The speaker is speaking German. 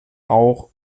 auch